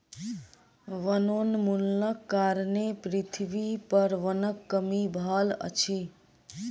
वनोन्मूलनक कारणें पृथ्वी पर वनक कमी भअ रहल अछि